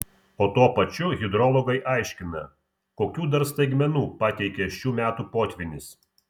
o tuo pačiu hidrologai aiškina kokių dar staigmenų pateikė šių metų potvynis